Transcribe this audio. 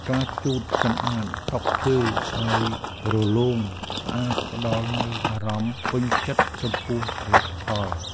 ការជូតសម្អាតតុឈើឱ្យរលោងស្អាត ផ្តល់នូវអារម្មណ៍ពេញចិត្តចំពោះលទ្ធផល។